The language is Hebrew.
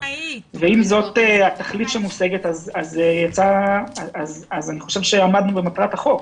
ואם זאת התכלית שמושגת אז אני חושב שעמדנו במטרת החוק.